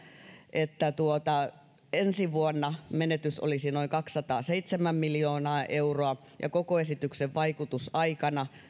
että ensi vuonna menetys olisi noin kaksisataaseitsemän miljoonaa euroa ja koko esityksen vaikutusaikana